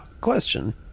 question